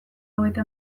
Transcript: hogeita